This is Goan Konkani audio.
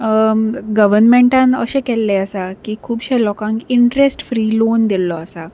गवर्मेंटान अशें केल्ले आसा की खुबशे लोकांक इंट्रस्ट फ्री लोन दिल्लो आसा